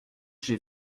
que